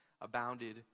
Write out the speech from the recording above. abounded